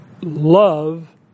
Love